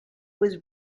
was